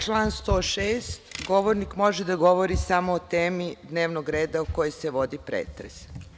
Član 106. – govornik može da govori samo o temi dnevnog reda o kojoj se vodi pretres.